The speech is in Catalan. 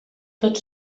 tot